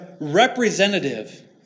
representative